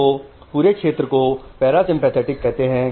T यह पूरे क्षेत्र को PRESYNAPTIC है